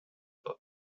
book